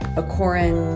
a quarant